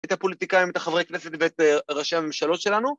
את הפוליטיקאים, את החברי כנסת ואת ראשי הממשלות שלנו?